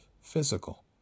physical